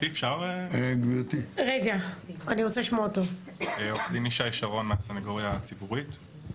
אני עו"ד ישי שרון מהסנגוריה הציבורית.